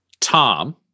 Tom